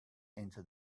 into